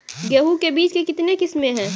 गेहूँ के बीज के कितने किसमें है?